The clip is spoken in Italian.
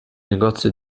negozio